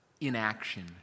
inaction